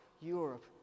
Europe